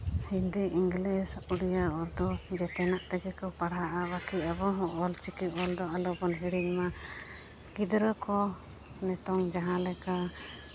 Hindi English Odia Urdu ᱡᱮᱛᱮᱱᱟᱜ ᱛᱮᱜᱮ ᱠᱚ ᱯᱟᱲᱦᱟᱜᱼᱟ ᱵᱟᱹᱠᱤ ᱟᱵᱚ ᱦᱚᱸ ᱚᱞ ᱪᱤᱠᱤ ᱚᱞ ᱫᱚ ᱟᱞᱚ ᱵᱚᱱ ᱦᱤᱲᱤᱧ ᱢᱟ ᱜᱤᱫᱽᱨᱟᱹ ᱠᱚ ᱱᱤᱛᱳᱝ ᱡᱟᱦᱟᱸ ᱞᱮᱠᱟ